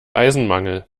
eisenmangel